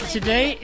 Today